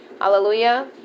Hallelujah